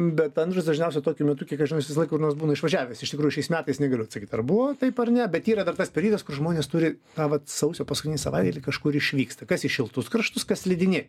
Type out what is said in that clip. bet andrius dažniausiai tokiu metu kiek aš visada kur nors būna išvažiavęs iš tikrųjų šiais metais negaliu atsakyti ar buvo taip ar ne bet yra dar tas rytas kur žmonės turi tą vat sausio paskutinį savaitgalį kažkur išvyksta kas į šiltus kraštus kas slidinėti